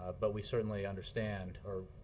but we certainly understand or